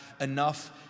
enough